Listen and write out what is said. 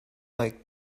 like